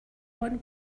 own